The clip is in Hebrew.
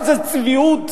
איזה צביעות,